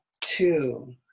two